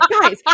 guys